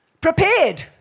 Prepared